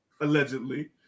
allegedly